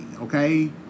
Okay